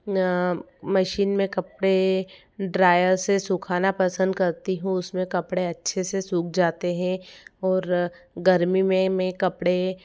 machine में कपड़े dryer से सुखाना पसंद करती हूँ उसमें कपड़े अच्छे से सूख जाते हैं और गर्मी में मैं कपड़े